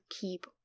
keep